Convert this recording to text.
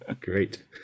Great